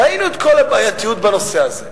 ראינו את כל הבעייתיות בנושא הזה,